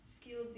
skill